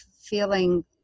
feeling